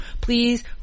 please